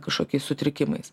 kažkokiais sutrikimais